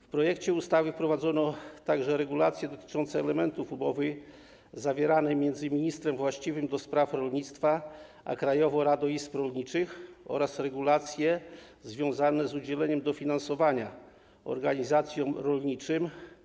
W projekcie ustawy wprowadzono także regulacje dotyczące elementów umowy zawieranej między ministrem właściwym do spraw rolnictwa a Krajową Radą Izb Rolniczych oraz regulacje związane z udzielaniem dofinansowania organizacjom rolniczym.